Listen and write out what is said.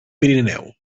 pirineu